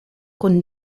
kun